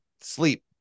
sleep